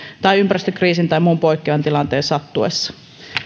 tai ympäristökriisin tai muun poikkeavan tilanteen sattuessa